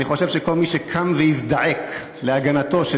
אני חושב שכל מי שקם והזדעק להגנתו של